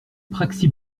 praxi